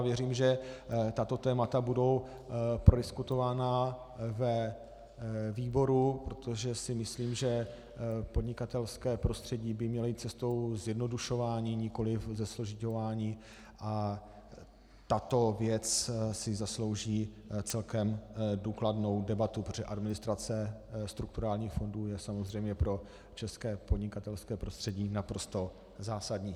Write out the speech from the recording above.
Věřím, že tato témata budou prodiskutována ve výboru, protože si myslím, že podnikatelské prostředí by mělo jít cestou zjednodušování, nikoli zesložiťování, a tato věc si zaslouží celkem důkladnou debatu, protože administrace strukturálních fondů je samozřejmě pro české podnikatelské prostředí naprosto zásadní.